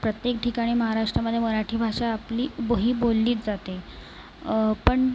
प्रत्येक ठिकाणी महाराष्ट्रामध्ये मराठी भाषा आपली ब ही बोललीच जाते पण